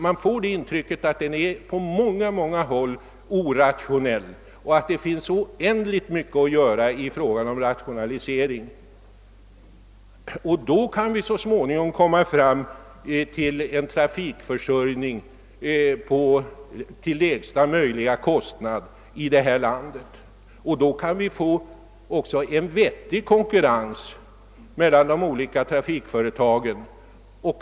Man får intrycket att trafikförsörjningen på synnerligen många håll är orationellt ordnad och att det alltså finns oändligt mycket att göra i fråga om rationalisering. Först då kan vi komma fram till en trafikförsörjning till lägsta möjliga kostnad, och då kan det också bli en vettig konkurrens mellan de olika trafikföretagen.